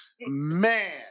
Man